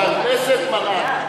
והכנסת מנעה.